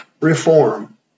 reform